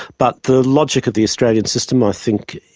but the logic of the australian system, i think,